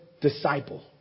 disciple